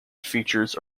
features